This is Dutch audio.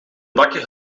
bakker